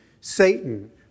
Satan